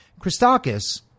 Christakis